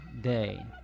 day